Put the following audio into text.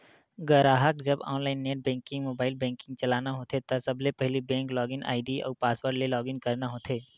गराहक जब online net banking, mobile banking चलाना होथे त सबले पहिली बेंक लॉगिन आईडी अउ पासवर्ड ले लॉगिन करना होथे